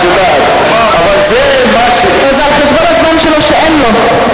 ואת יודעת, זה על חשבון הזמן שלו, שאין לו.